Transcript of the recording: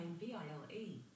V-I-L-E